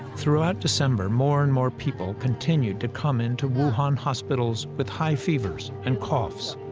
throughout december, more and more people continued to come into wuhan hospitals with high fevers and coughs.